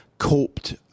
Coped